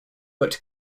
but